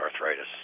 arthritis